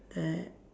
uh